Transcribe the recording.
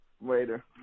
Later